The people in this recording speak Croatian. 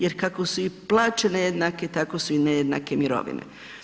Jer kako su i plaće nejednake, tako su i nejednake mirovine.